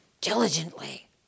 diligently